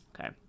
okay